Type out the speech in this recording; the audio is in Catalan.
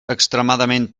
extremadament